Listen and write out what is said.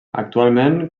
actualment